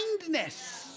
kindness